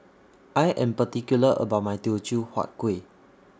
I Am particular about My Teochew Huat Kuih